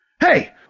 Hey